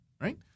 right